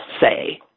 say